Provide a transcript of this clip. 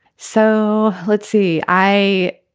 so let's see. i.